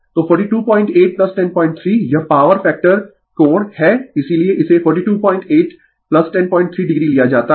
तो 428 103 यह power factor कोण है इसीलिए इसे 428 103 o लिया जाता है